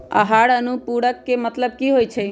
आहार अनुपूरक के मतलब की होइ छई?